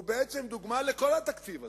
הוא בעצם דוגמה לכל התקציב הזה,